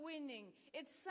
winning—it's